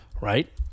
Right